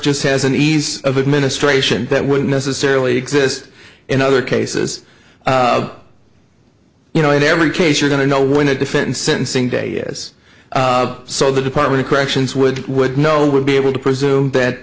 just has an ease of administration that wouldn't necessarily exist in other cases you know in every case you're going to know when to defend sentencing day yes so the department of corrections would would know would be able to presume that